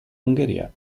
ungheria